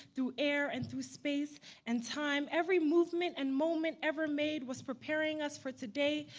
through air and through space and time. every movement and moment ever made was preparing us for today.